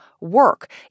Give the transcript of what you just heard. work